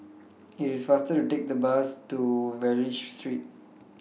IT IS faster to Take The Bus to Wallich Street